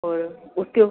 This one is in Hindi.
और उसके